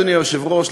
אדוני היושב-ראש,